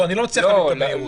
אני לא מצליח להבין את הבהירות.